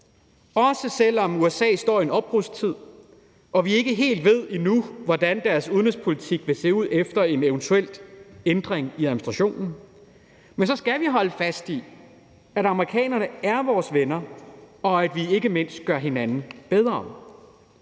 også selv om USA står i en opbrudstid og vi ikke helt ved endnu, hvordan deres udenrigspolitik vil se ud efter en eventuel ændring i administrationen. Men så skal vi holde fast i, at amerikanerne er vores venner, og at vi ikke mindst gør hinanden bedre.